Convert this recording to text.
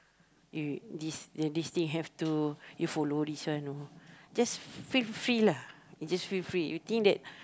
y~ this the this thing have to you follow this one oh just feel free lah you just feel free you think that